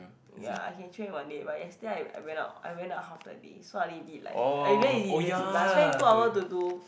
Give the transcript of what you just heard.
ya I can check with my but yesterday I I went out I went out half the day so I only did like it's very easy but I spend two hour to do